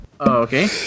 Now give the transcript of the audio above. Okay